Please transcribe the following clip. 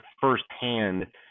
firsthand